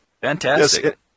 Fantastic